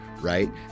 right